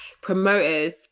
promoters